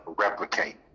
replicate